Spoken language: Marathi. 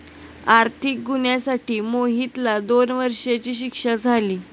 आर्थिक गुन्ह्यासाठी मोहितला दोन वर्षांची शिक्षा झाली